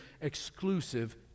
exclusive